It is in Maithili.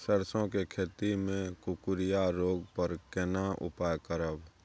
सरसो के खेती मे कुकुरिया रोग पर केना उपाय करब?